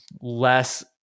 less